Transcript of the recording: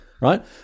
right